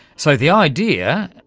so the idea,